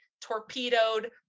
torpedoed